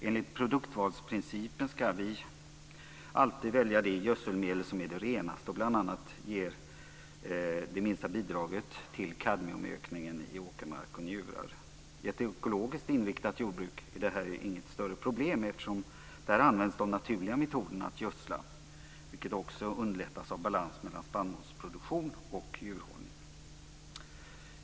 Enligt produktvalsprincipen ska vi alltid välja det gödselmedel som är renast och som bl.a. ger det minsta bidraget när det gäller kadmiumökningen i åkermark och njurar. I ett ekologiskt inriktat jordbruk är det här inget större problem eftersom där används de naturliga metoderna att gödsla, vilket också underlättas av balans mellan spannmålsproduktion och djurhållning.